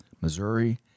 Missouri